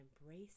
embrace